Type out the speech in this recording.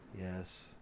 Yes